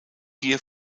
hier